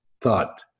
thought